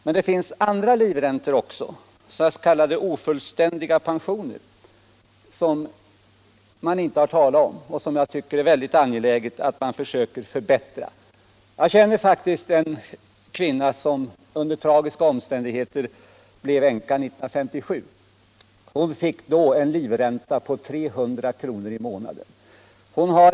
Men det finns andra livräntor också, s.k. ofullständiga pensioner, som man inte har talat om. Jag tycker att det är väldigt angeläget att vi försöker förbättra dem. Jag känner en kvinna som under tragiska omständigheter blev änka 1957. Hon fick då en livränta på 300 kr. i månaden.